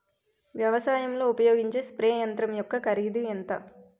వ్యవసాయం లో ఉపయోగించే స్ప్రే యంత్రం యెక్క కరిదు ఎంత?